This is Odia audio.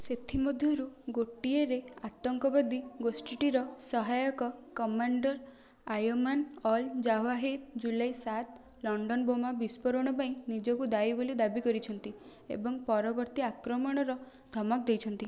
ସେଥିମଧ୍ୟରୁ ଗୋଟିଏରେ ଆତଙ୍କବାଦୀ ଗୋଷ୍ଠୀଟିର ସହାୟକ commander Ayman al Zawahiri July ସାତ ଲଣ୍ଡନ ବୋମା ବିସ୍ଫୋରଣ ପାଇଁ ନିଜକୁ ଦାୟୀ ବୋଲି ଦାବି କରିଛନ୍ତି ଏବଂ ପରବର୍ତ୍ତୀ ଆକ୍ରମଣର ଧମକ ଦେଇଛନ୍ତି